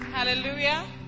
Hallelujah